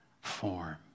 form